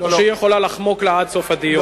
או שהיא יכולה לחמוק לה עד סוף הדיון?